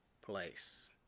place